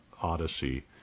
Odyssey